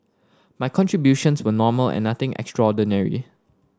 my contributions were normal and nothing extraordinary